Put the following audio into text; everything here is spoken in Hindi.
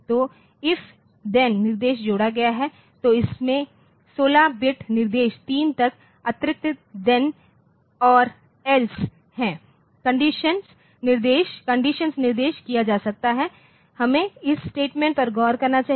तो इफ थेन निर्देश जोड़ा गया है तो इसमें16 बिट निर्देश 3 तक अतिरिक्त थेन और एल्स हैं कंडीशन निर्दिष्ट किया जा सकता है हमें इस स्टेटमेंट पर गौर करना चाहिए